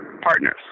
partners